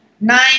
nine